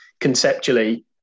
conceptually